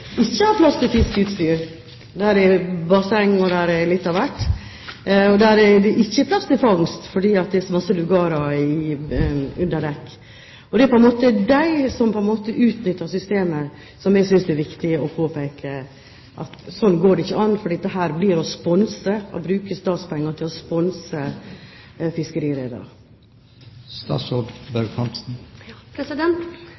ikke har plass til fiskeutstyr. De har basseng og litt av hvert annet, og det er ikke plass til fangst fordi det er så mange lugarer under dekk. Det er de som utnytter systemet. Jeg synes det er viktig å påpeke at dette ikke går an, fordi dette blir å sponse, å bruke statens penger til å sponse